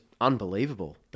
unbelievable